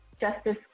Justice